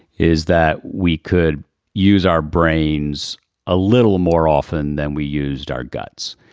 is that we could use our brains a little more often than we used our guts.